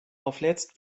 auflädst